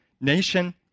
nation